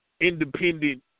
independent